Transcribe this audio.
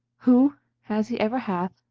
who, as he ever hath,